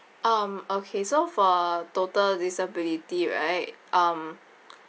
um okay so for total disability right um